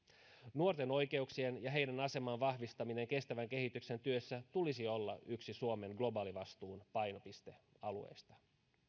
nuorten oikeuksien ja heidän asemansa vahvistamisen kestävän kehityksen työssä tulisi olla yksi suomen globaalivastuun painopistealueista